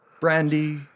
brandy